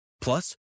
Plus